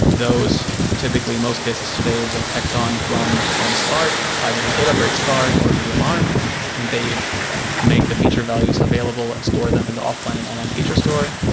those typically most cases today with tecton run on spark, either your databricks spark or yeah emr, and they make the feature values available and store them in the offline and online feature store.